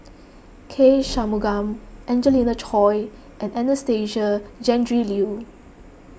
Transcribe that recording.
K Shanmugam Angelina Choy and Anastasia Tjendri Liew